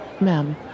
Ma'am